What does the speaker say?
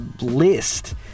list